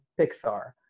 Pixar